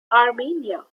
armenia